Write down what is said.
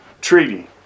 treaty